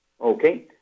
Okay